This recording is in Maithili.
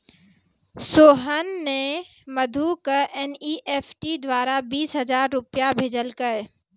सोहन ने मधु क एन.ई.एफ.टी द्वारा बीस हजार रूपया भेजलकय